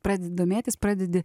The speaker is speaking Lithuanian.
pradedi domėtis pradedi